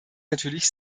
natürlich